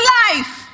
life